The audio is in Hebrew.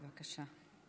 בבקשה.